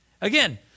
Again